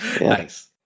nice